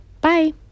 bye